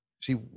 See